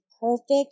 perfect